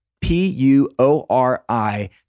P-U-O-R-I